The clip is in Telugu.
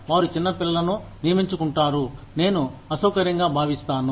వారు చిన్న పిల్లలను నియమించుకుంటారు నేను అసౌకర్యంగా భావిస్తాను